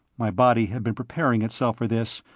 my body had been preparing itself for this,